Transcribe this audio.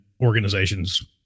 organizations